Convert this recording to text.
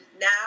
now